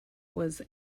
was